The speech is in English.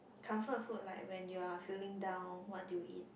comfort food like when you're feeling down what do you eat